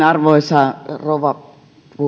arvoisa rouva